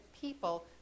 people